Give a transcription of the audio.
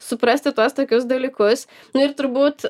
suprasti tuos tokius dalykus nu ir turbūt